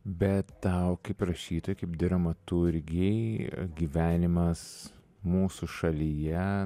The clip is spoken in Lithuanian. bet tau kaip rašytojai kaip dramaturgei gyvenimas mūsų šalyje